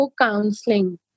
counseling